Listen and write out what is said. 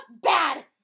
bad